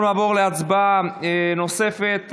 נעבור להצבעה נוספת,